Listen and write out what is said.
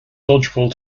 dodgeball